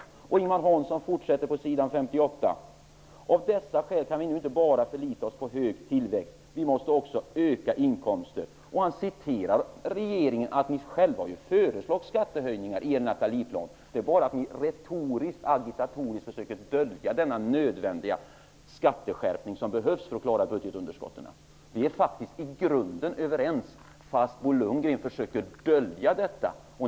På s. 58 fortsätter Ingemar Hansson: Av dessa skäl kan vi inte bara förlita oss på hög tillväxt. Vi måste också öka inkomster. Han citerar där regeringen -- ni har ju själva föreslagit skattehöjningar i er Nathalieplan. Ni försöker bara retorisktagitatoriskt dölja den skatteskärpning som behövs för att klara budgetunderskotten. Vi är faktiskt i grunden överens, men Bo Lundgren försöker dölja detta.